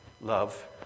Love